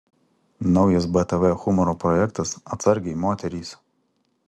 naujas btv humoro projektas atsargiai moterys